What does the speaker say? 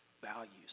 values